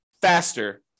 faster